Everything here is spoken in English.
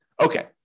Okay